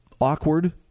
awkward